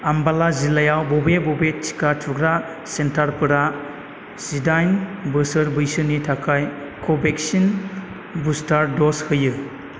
आम्बाला जिल्लायाव बबे बबे टिका थुग्रा सेन्टारफोरा जिदाइन बोसोर बैसोनि थाखाय कभेक्सिननि बुस्टार दज होयो